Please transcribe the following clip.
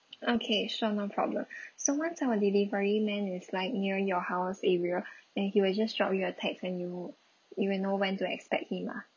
okay sure no problem so once our delivery man is like near your house area then he will just drop you a text and you you will know when to expect him ah